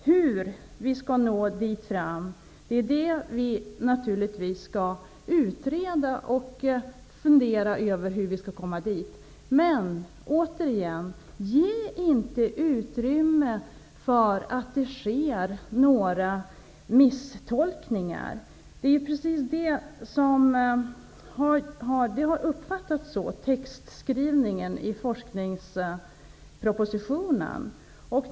Hur vi skall nå dit skall vi utreda och fundera över. Men man får inte ge utrymme för att det sker några misstolkningar. Skrivningen i forskningspropositionen har uppfattats på det sättet.